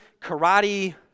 karate